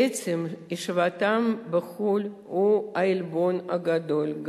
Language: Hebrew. עצם ישיבתם בחו"ל הוא העלבון הגדול.